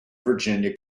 virginia